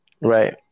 Right